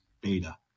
Beta